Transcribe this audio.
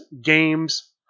Games